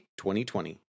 2020